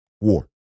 war